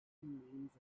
names